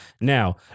Now